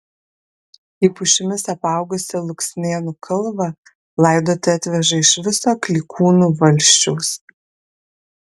į pušimis apaugusią luksnėnų kalvą laidoti atveža iš viso klykūnų valsčiaus